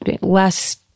less